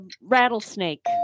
rattlesnake